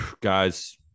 Guys